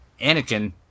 Anakin